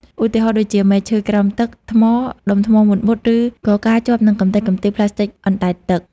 ឧទាហរណ៍ដូចជា មែកឈើក្រោមទឹក ថ្ម ដុំថ្មមុតៗ ឬក៏ការជាប់នឹងកំទេចកំទីប្លាស្ទិកអណ្តែតទឹក។